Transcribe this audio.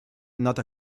not